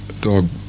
dog